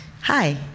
Hi